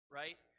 right